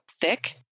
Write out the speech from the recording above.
thick